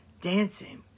dancing